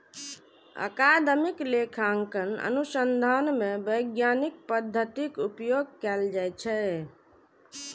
अकादमिक लेखांकन अनुसंधान मे वैज्ञानिक पद्धतिक उपयोग कैल जाइ छै